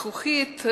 זכוכית,